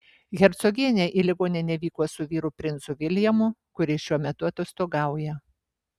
hercogienė į ligoninę vyko su vyru princu viljamu kuris šiuo metu atostogauja